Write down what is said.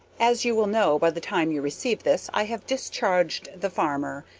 as you will know by the time you receive this, i have discharged the farmer,